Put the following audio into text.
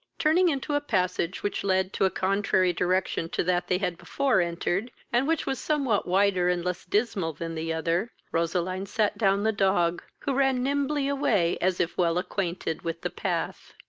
turning into a passage which led to a contrary direction to that they had before entered, and which was somewhat wider and less dismal than the other, roseline sat down the dog, who ran nimbly away, as if well acquainted with the path.